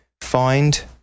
find